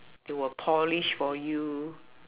they will polish for you